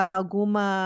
alguma